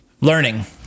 Learning